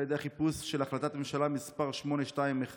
על ידי חיפוש של "החלטת ממשלה מס' 821",